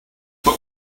but